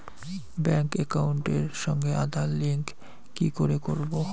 Bank একাউন্টের সঙ্গে Aadhaar link কি করে করবো?